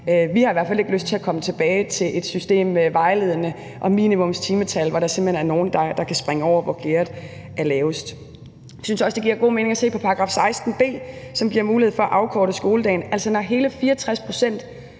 Vi har i hvert fald ikke lyst til at komme tilbage til et system med vejledende og minimumstimetal, hvor der simpelt hen er nogen, der kan springe over, hvor gærdet er lavest. Vi synes også, det giver god mening at se på § 16 b, som giver mulighed for at afkorte skoledagen. Altså, når hele 64